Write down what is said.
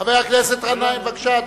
חבר הכנסת מסעוד גנאים, בבקשה.